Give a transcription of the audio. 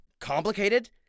Complicated